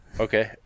Okay